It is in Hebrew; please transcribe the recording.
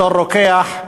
בתור רוקח,